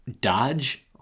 Dodge